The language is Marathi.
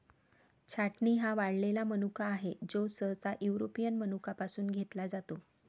छाटणी हा वाळलेला मनुका आहे, जो सहसा युरोपियन मनुका पासून घेतला जातो